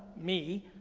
me,